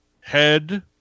head